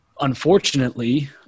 unfortunately